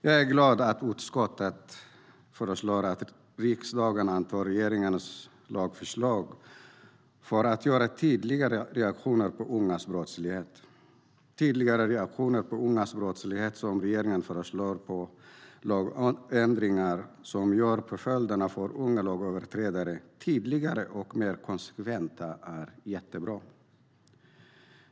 Jag är glad att utskottet föreslår att riksdagen antar regeringens lagförslag för tydligare reaktioner på ungas brottslighet. Regeringens förslag på lagändringar som gör påföljderna för unga lagöverträdare tydligare och mer konsekventa är jättebra.